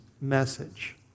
message